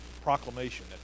proclamation